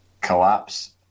collapse